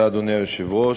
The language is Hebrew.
אדוני היושב-ראש,